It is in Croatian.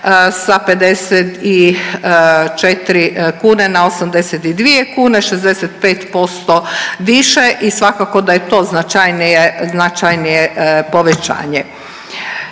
sa 54 kune na 82 kune, 65% više i svakako da je to značajnije, značajnije